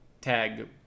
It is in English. tag